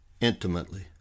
intimately